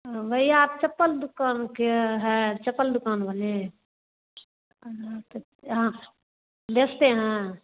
भैया आप चप्पल दुकान किए हैं चप्पल दुकान वाले बेचते हैं